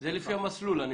שזה לפי המסלול.